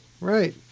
Right